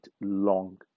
long